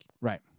right